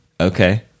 Okay